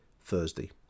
Thursday